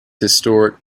historic